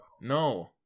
no